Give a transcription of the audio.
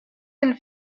and